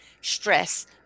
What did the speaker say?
stress